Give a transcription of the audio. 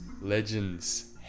Legends